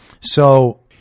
So-